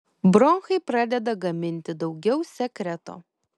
bronchai pradeda gaminti daugiau sekreto